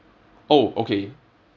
oh okay